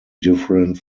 different